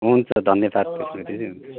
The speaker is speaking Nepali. हुन्छ धन्यवाद